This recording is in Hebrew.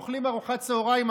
אוכלים ארוחת צוהריים,